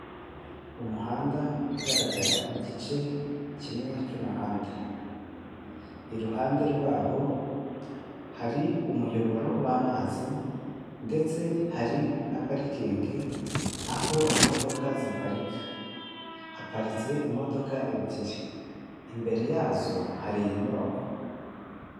Umuhanda ugaragara igice kimwe cy'umuhanda, iruhande rwaho hari umuyoboro w'amazi ndetse hari na parikingi aho imodoka ziparika, haparitse imodoka ebyiri imbere yazo hari inyubako.